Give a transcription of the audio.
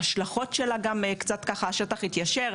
השטח התיישר,